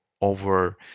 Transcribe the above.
over